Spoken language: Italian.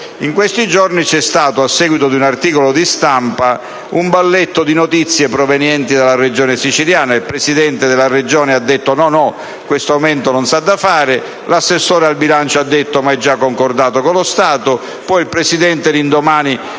in questi giorni c’estato, a seguito di un articolo di stampa, un balletto di notizie provenienti dalla Regione siciliana. Il Presidente della Regione ha detto che questo aumento non s’ha da fare, l’assessore al bilancio ha detto che e giaconcordato con lo Stato e poi il Presidente e